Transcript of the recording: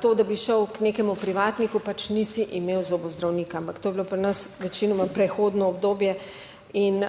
to, da bi šel k nekemu privatniku, pač nisi imel zobozdravnika. Ampak to je bilo pri nas večinoma prehodno obdobje in